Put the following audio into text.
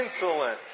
insolent